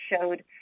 showed